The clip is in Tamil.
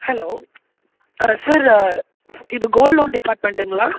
ஹலோ ஆ சார் இது கோல்ட் லோன் டிப்பார்ட்மெண்ட்டுங்களா